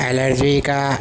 allergy کا